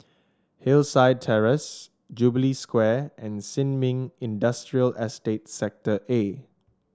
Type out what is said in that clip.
Hllside Terrace Jubilee Square and Sin Ming Industrial Estate Sector A